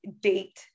date